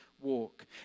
walk